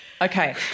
Okay